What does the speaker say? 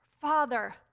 Father